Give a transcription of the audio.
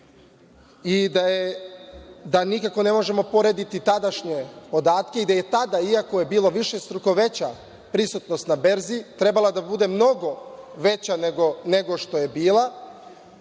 i da nikako ne možemo porediti tadašnje podatke i da je tada, iako je bilo višestruko veća prisutnost na berzi, trebalo je da bude mnogo veća nego što je bila,